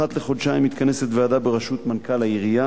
אחת לחודשיים מתכנסת ועדה בראשות מנכ"ל העירייה